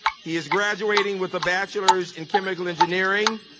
he is graduating with a bachelor's in chemical engineering.